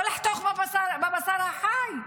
לא לחתוך בבשר החי,